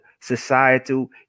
societal